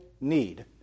need